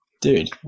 Dude